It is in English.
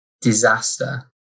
disaster